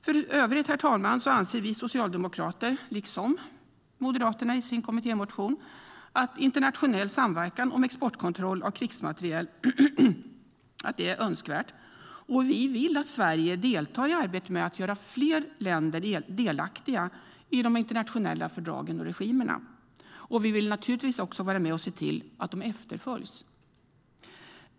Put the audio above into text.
För övrigt, herr talman, anser vi socialdemokrater - liksom Moderaterna i sin kommittémotion - att det är önskvärt med internationell samverkan om exportkontroll av krigsmateriel. Vi vill att Sverige deltar i arbetet med att göra fler länder delaktiga i de internationella fördragen och regimerna, och vi vill naturligtvis också vara med och se till att de efterföljs.